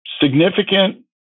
significant